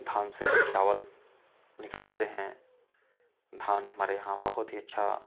धान से हम चावल निकालते हैं धान हमारे यहाँ बहुत ही अच्छा